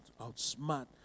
outsmart